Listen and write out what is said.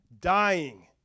dying